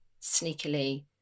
sneakily